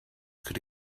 could